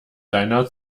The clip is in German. deiner